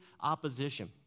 opposition